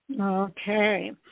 Okay